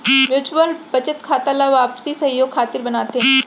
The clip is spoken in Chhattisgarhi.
म्युचुअल बचत खाता ला आपसी सहयोग खातिर बनाथे